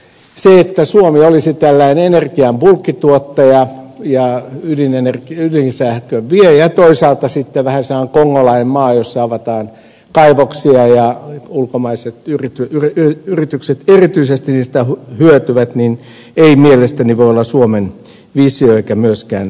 se että suomi olisi tällainen energian bulkkituottaja ja ydinsähkön viejä ja toisaalta sitten vähän sellainen kongolainen maa jossa avataan kaivoksia ja erityisesti ulkomaiset yritykset niistä hyötyvät ei mielestäni voi olla suomen visio eikä myöskään brändi